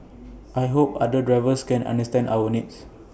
I hope other drivers can understand our needs